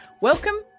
Welcome